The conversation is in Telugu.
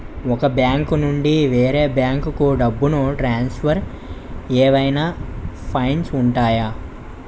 ఒక బ్యాంకు నుండి వేరే బ్యాంకుకు డబ్బును ట్రాన్సఫర్ ఏవైనా ఫైన్స్ ఉంటాయా?